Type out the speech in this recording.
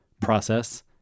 process